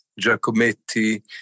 Giacometti